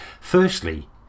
Firstly